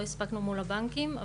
לא הספקנו מול הבנקים,